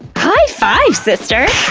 high five, sister!